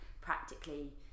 practically